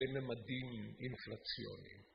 ונמדים עם הפרציוני.